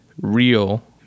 real